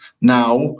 now